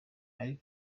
ari